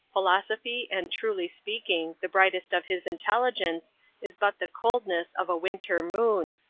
philosophically and truly speaking, the brightest of his intelligence is but the coldness of a winter moon,